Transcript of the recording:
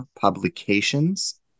Publications